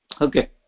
Okay